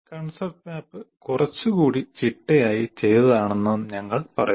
concept map കുറച്ചുകൂടി ചിട്ടയായി ചെയ്തതാണെന്ന് ഞങ്ങൾ പറയുന്നു